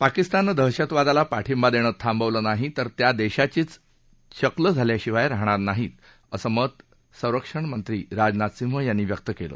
पाकिस्ताननं दहशतवादाला पाठिंबा देणं थांबवलं नाही तर त्या देशाचीच छकलं झाल्याशिवाय राहणार नाहीत असं मत संरक्षणमंत्री राजनाथ सिंह यांनी व्यक्त केलं